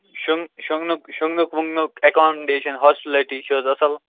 شۄنگنُک وَۄنگنُک accommodation hospitality چھِ حظ اصٕل